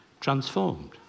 transformed